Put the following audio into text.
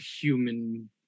human